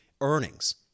earnings